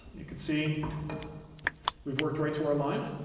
you can see we've worked right to our line,